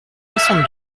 soixante